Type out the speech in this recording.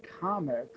Comics